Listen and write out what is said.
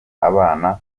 abana